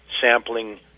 sampling